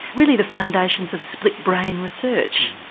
really the foundations of split brain research.